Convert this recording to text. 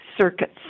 circuits